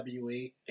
WWE